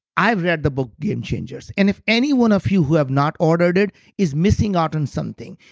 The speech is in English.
i read the book game changers. and if any one of you who have not ordered it is missing out on something.